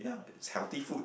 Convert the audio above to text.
yeah it's healthy food